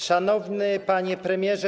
Szanowny Panie Premierze!